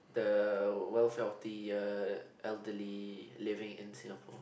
the welfare of the uh elderly living in Singapore